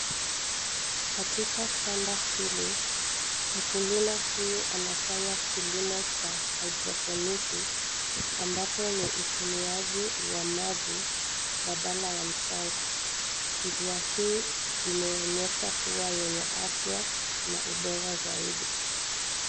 Katika shamba hili, mkulima huyu anafanya kilimo cha hydroponiki ambapo ni utumiaji wa maji, badala ya mchanga. Njia hii imeonyesha kuwa wenye afya na ubora zaidi.